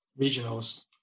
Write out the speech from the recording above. Regionals